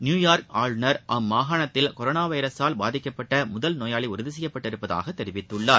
New York ஆளுநர் அம்மாகாணத்தில் corona எவரஸால் பாதிக்கப்பட்ட முதல் நோயாளி உறுதி செய்யப்பட்டுள்ளதாக தெரிவித்துள்ளார்